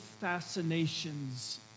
fascinations